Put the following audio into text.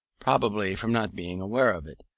probably from not being aware of it,